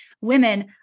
Women